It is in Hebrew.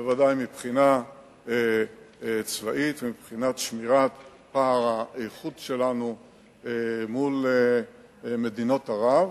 בוודאי מבחינה צבאית ומבחינת שמירת פער האיכות שלנו מול מדינות ערב,